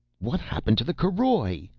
what happened to the caroj?